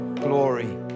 Glory